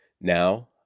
now